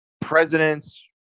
presidents